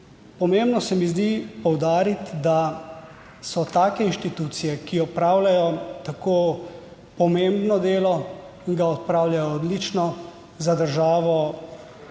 pomembno se mi zdi poudariti, da so take inštitucije, ki opravljajo tako pomembno delo, ki ga opravljajo odlično za državo